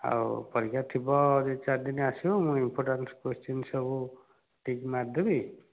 ଆଉ ପରୀକ୍ଷା ଥିବ ଦୁଇ ଚାରି ଦିନ ଆସିବୁ ମୁଁ ଇମ୍ପୋର୍ଟାଣ୍ଟସ କ୍ଵେଶ୍ଚିନ୍ ସବୁ ଟିକ୍ ମାରିଦେବି